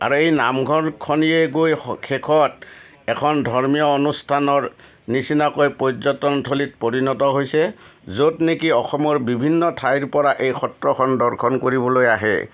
আৰু এই নামঘৰখনিয়ে গৈ শেষত এখন ধৰ্মীয় অনুষ্ঠানৰ নিচিনাকৈ পৰ্যটন থলীত পৰিণত হৈছে য'ত নেকি অসমৰ বিভিন্ন ঠাইৰ পৰা এই সত্ৰখন দৰ্শন কৰিবলৈ আহে